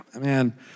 man